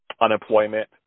unemployment